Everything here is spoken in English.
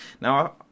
Now